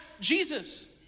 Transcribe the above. Jesus